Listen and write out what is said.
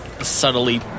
subtly